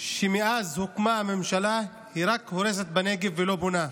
שמאז שהוקמה הממשלה, היא רק הורסת בנגב ולא בונה.